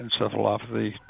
encephalopathy